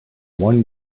one